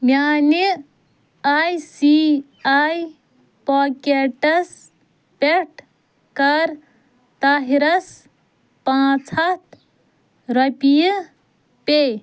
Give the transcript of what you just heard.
میٛانہِ A C A pockets پٮ۪ٹھ کَر طاہِرَس پانٛژھ ہَتھ رۄپیہِ پے